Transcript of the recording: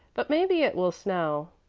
but maybe it will snow.